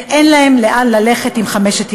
ואין לאן ללכת עם חמשת ילדיהם.